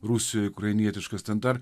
rusijoj ukrainietiškas ten dar